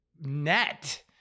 net